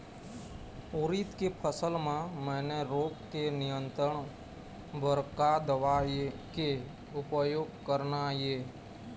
उरीद के फसल म मैनी रोग के नियंत्रण बर का दवा के उपयोग करना ये?